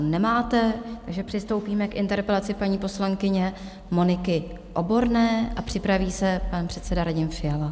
Nemáte, takže přistoupíme k interpelaci paní poslankyně Moniky Oborné, připraví se pan předseda Radim Fiala.